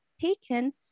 taken